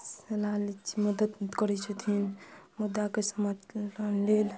सलाह लै छी मदद करै छथिन मुद्दाके सम्बन्धमे